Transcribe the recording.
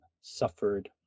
suffered